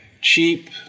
cheap –